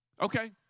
Okay